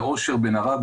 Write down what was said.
מאושר / בן ערב,